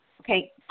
Okay